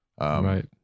Right